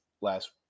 last